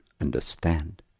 understand